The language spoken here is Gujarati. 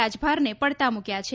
રાજભાને પડતા મૂકયા છે